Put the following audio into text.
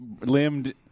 limbed